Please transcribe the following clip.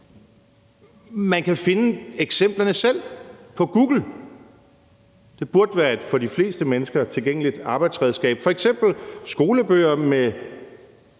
Man kan finde eksemplerne selv på Google. Det burde være et for de fleste mennesker tilgængeligt arbejdsredskab. Der er f.eks. skolebøger med